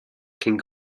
cyn